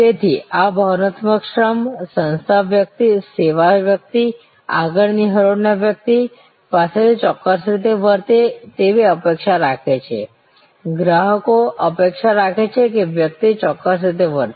તેથી આ ભાવનાત્મક શ્રમ સંસ્થા વ્યક્તિ સેવા વ્યક્તિ આગળ ની હરોળ ના વ્યક્તિ પાસેથી ચોક્કસ રીતે વર્તે તેવી અપેક્ષા રાખે છે ગ્રાહકો અપેક્ષા રાખે છે કે તે વ્યક્તિ ચોક્કસ રીતે વર્તે